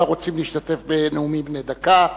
כל הרוצים להשתתף בנאומים בני דקה,